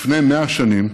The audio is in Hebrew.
לפני 100 שנים,